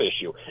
issue